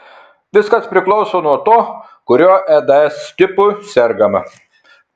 viskas priklauso nuo to kuriuo eds tipu sergama